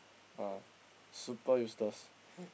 uh super useless